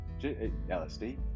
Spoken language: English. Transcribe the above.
LSD